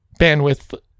bandwidth